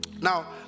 Now